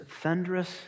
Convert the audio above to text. thunderous